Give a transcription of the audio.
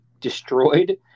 destroyed